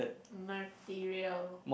material